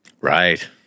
Right